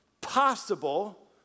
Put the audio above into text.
possible